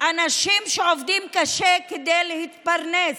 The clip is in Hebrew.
אנשים שעובדים קשה כדי להתפרנס,